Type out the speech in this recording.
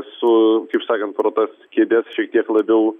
su sakant pro tas kėdes šiek tiek labiau